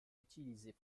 utilisés